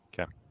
Okay